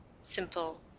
simple